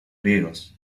griegos